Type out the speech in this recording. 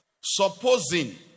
Supposing